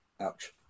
Ouch